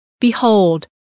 Behold